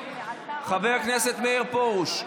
חבר הכנסת מאיר פרוש,